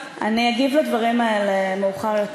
תודה רבה לך, אני אגיב על הדברים האלה מאוחר יותר.